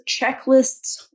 checklists